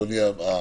אני